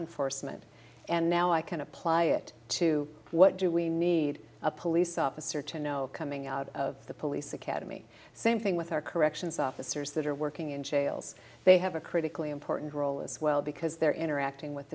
enforcement and now i can apply it to what do we need a police officer to know coming out of the police academy same thing with our corrections officers that are working in jails they have a critically important role as well because they're interacting with